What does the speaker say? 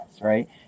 right